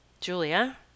Julia